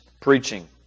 preaching